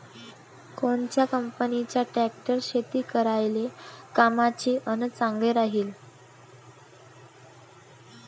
कोनच्या कंपनीचा ट्रॅक्टर शेती करायले कामाचे अन चांगला राहीनं?